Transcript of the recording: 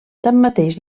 tanmateix